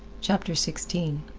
chapter sixteen